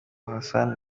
hassan